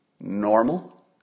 Normal